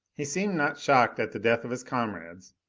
he seemed not shocked at the death of his comrades.